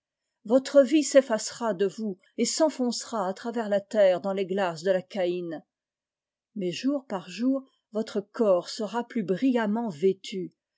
votre vie s'effacera de vous et s'enfoncera à travers la terre dans les glaces de la came mais jour par jour votre corps sera plus brillamment vêtu